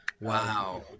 Wow